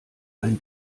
ein